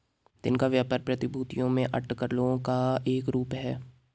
दिन का व्यापार प्रतिभूतियों में अटकलों का एक रूप है